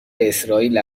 اسرائیل